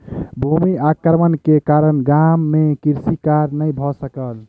भूमि अवक्रमण के कारण गाम मे कृषि कार्य नै भ सकल